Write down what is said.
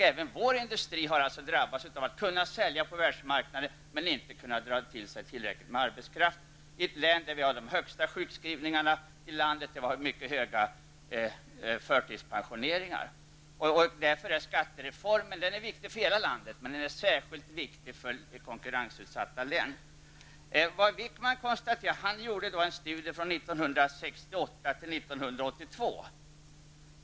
Även våra industrier drabbades av att kunna sälja på världsmarknaden men att inte kunna dra till sig tillräckligt med arbetskraft, i ett län där vi hade de högsta sjukskrivningarna i landet och mycket stort antal förtidspensioneringar. Därför är skattereformen viktig för hela landet men särskilt viktig för konkurrensutsatta län. Kurt Wickmans studie omfattade åren 1968--1982.